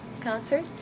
concert